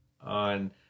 on